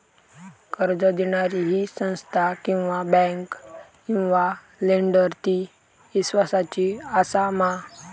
कर्ज दिणारी ही संस्था किवा बँक किवा लेंडर ती इस्वासाची आसा मा?